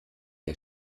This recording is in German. der